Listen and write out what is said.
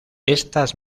estas